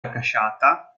accasciata